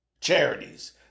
charities